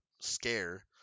scare